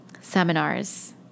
seminars